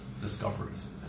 discoveries